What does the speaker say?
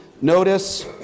Notice